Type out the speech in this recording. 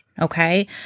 okay